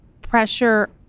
pressure